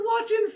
watching